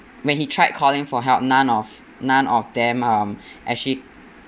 when he tried calling for help none of none of them um actually